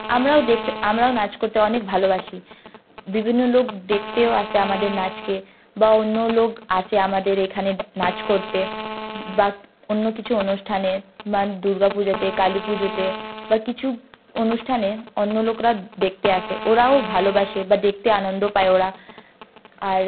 আমরাও দেখতে আমরাও নাচ করতে অনেক ভালোবাসি বিভিন্ন লোক দেখতেও আসে আমাদের নাচকে বা অন্য লোক আসে আমাদের এখানে ডা নাচ করতে বা অন্য কিছু অনুষ্ঠানে বা দুর্গা পূজাতে কালী পুজোতে বা কিছু অনুষ্ঠানে অন্য লোকরা দেখতে আসে ওরাও ভালোবাসে বা দেখতে আনন্দ পায় ওরা আর